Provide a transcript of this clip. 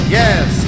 yes